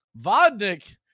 Vodnik